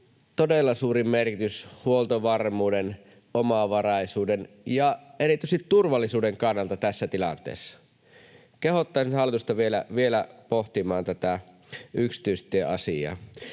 todella suuri merkitys huoltovarmuuden, omavaraisuuden ja erityisesti turvallisuuden kannalta tässä tilanteessa. Kehottaisin hallitusta vielä pohtimaan tätä yksityistieasiaa.